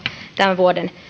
tämän vuoden